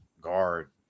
guard